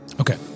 Okay